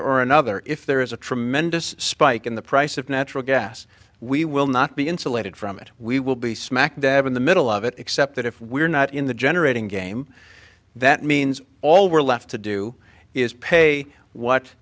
or another if there is a tremendous spike in the price of natural gas we will not be insulated from it we will be smack dab in the middle of it except that if we're not in the generating game that means all we're left to do is pay what